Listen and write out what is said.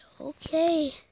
okay